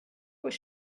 was